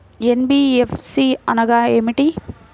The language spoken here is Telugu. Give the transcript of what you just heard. ఎన్.బీ.ఎఫ్.సి అనగా ఏమిటీ?